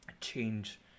change